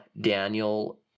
Daniel